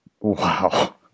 wow